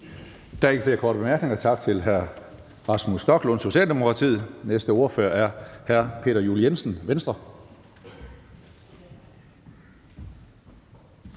Der er ikke flere korte bemærkninger. Tak til hr. Rasmus Stoklund, Socialdemokratiet. Næste ordfører er hr. Peter Juel-Jensen, Venstre.